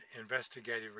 investigative